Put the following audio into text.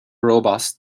robust